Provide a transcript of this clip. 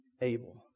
able